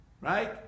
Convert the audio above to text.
Right